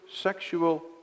sexual